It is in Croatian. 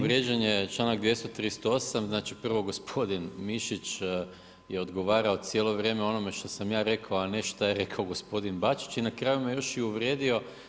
Povrijeđen je članak 238. znači prvo gospodin Mišić je odgovarao cijelo vrijeme o onome šta sam ja rekao, a ne šta je rekao gospodin BAčić i na kraju me još i uvrijedio.